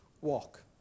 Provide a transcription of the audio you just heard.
walk